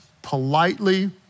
politely